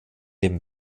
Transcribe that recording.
dem